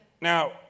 Now